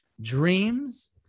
dreams